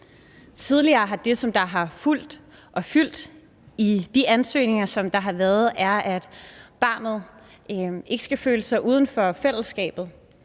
Tidligere har det, som har fyldt i de ansøgninger, været, at barnet ikke skal føle sig uden for fællesskabet,